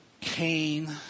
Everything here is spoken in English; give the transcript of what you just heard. Cain